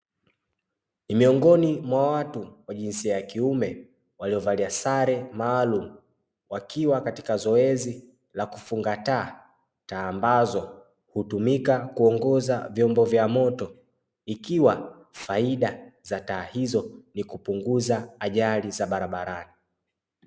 Ni miongoni mwa watu wa jinsia ya kiume, waliovalia sare maalumu, wakiwa katika zoezi la kufunga taa. Taa ambazo hutumika kuongoza vyombo vya moto, ikiwa faida za taa hizo ni kupunguza ajali za barabarani.